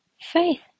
Faith